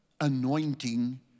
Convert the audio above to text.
anointing